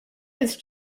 this